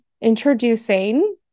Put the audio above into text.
introducing